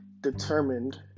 determined